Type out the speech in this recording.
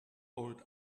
old